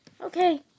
Okay